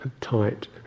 Tight